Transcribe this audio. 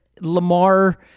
Lamar